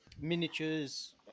miniatures